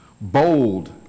bold